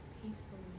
peaceful